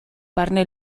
barne